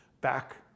back